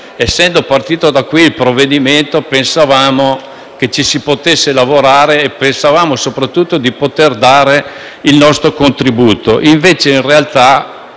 partito da questo ramo del Parlamento, pensavamo che ci si potesse lavorare; pensavamo soprattutto di poter dare il nostro contributo.